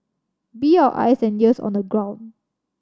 be our eyes and ears on the ground